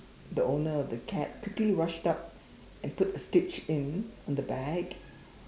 the owner of the cat quickly rushed up and put a stitch in on the bag